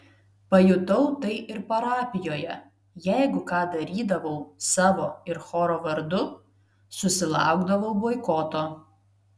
pajutau tai ir parapijoje jeigu ką darydavau savo ir choro vardu susilaukdavau boikoto